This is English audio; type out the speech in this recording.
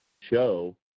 show